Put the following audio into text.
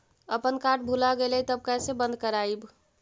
अपन कार्ड भुला गेलय तब कैसे बन्द कराइब?